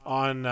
on